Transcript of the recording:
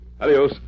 Adios